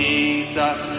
Jesus